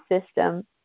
system